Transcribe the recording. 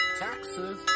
taxes